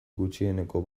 gutxieneko